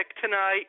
tonight